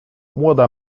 młoda